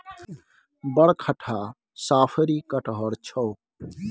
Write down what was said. बड़ खटहा साफरी कटहड़ छौ